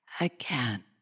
again